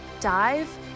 dive